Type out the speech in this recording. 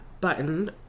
button